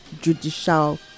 judicial